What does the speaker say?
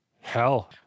hell